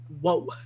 whoa